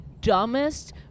dumbest